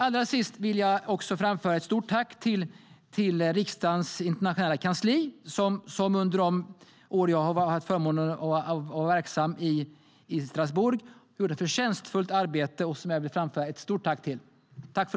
Allra sist vill jag framföra ett stort tack till riksdagens internationella kansli, som under de år som jag haft förmånen att vara verksam i Strasbourg har gjort ett förtjänstfullt arbete som jag vill framföra ett stort tack för.